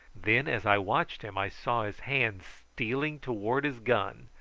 then, as i watched him, i saw his hand stealing towards his gun,